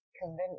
convince